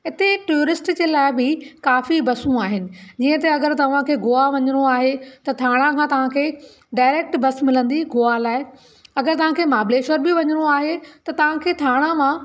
हिते टियुरिश्ट जे लाइ बि काफ़ी बसियूं आहिनि जीअं त अगरि तव्हांखे गोवा वञिणो आहे त थाणा खां तव्हांखे डायरेक्ट बस मिलंदी गोवा लाइ अगरि तव्हांखे महाबलेश्वर बि वञिणो आहे न तव्हांखे थाणा मां